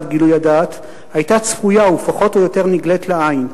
גילוי הדעת היתה צפויה ופחות או יותר נגלית לעין.